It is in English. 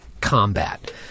combat